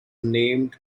named